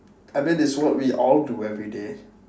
I mean it's what we all do everyday